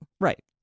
Right